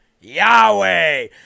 Yahweh